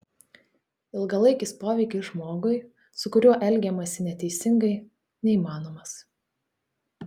ilgalaikis poveikis žmogui su kuriuo elgiamasi neteisingai neįmanomas